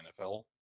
NFL